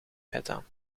feta